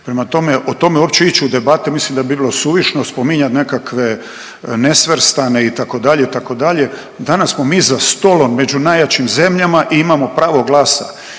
Prema tome, o tome uopće ići u debate mislim da bi bilo suvišno spominjati nekakve nesvrstane itd., itd., danas smo mi za stolom među najjačim zemljama i imamo pravo glasa